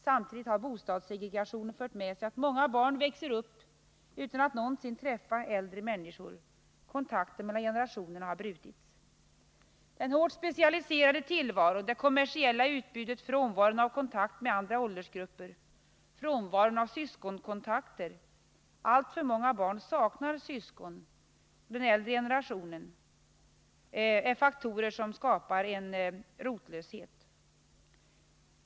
Samtidigt har bostadssegregationen fört med sig att många barn växer upp utan att någonsin träffa äldre människor. Kontakten mellan generationerna har brutits. Den hårt specialiserade tillvaron, det kommersiella utbudet, frånvaron av kontakt med andra åldersgrupper, frånvaron av syskonkontakter — alltför många barn saknar både syskon och den äldre generationen — är faktorer som skapar en rotlöshet.